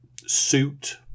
suit